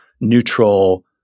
neutral